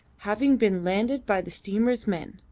having been landed by the steamer's men.